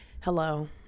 hello